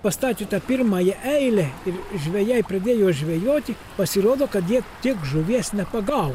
pastačius tą pirmąją eilę ir žvejai pradėjo žvejoti pasirodo kad jie tiek žuvies nepagau